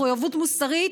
מחויבות מוסרית